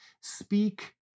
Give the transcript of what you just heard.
Speak